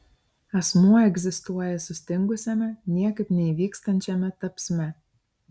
asmuo egzistuoja sustingusiame niekaip neįvykstančiame tapsme